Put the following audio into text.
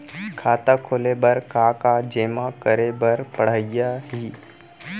खाता खोले बर का का जेमा करे बर पढ़इया ही?